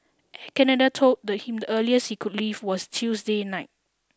Canada told him the earliest he could leave was Tuesday night